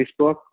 Facebook